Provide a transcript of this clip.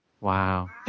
Wow